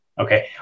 Okay